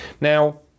Now